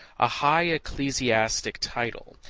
a high ecclesiastical title,